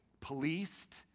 policed